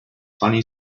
funny